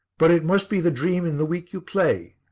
but it must be the dream in the week you play.